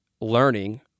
learning